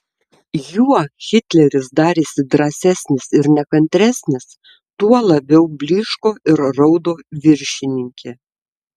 juo hitleris darėsi drąsesnis ir nekantresnis tuo labiau blyško ir raudo viršininkė